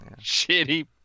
Shitty